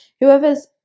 whoever's